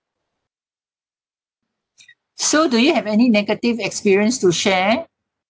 so do you have any negative experience to share